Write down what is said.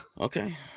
Okay